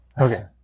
Okay